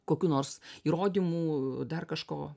kokių nors įrodymų dar kažko